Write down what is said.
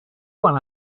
one